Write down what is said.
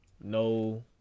no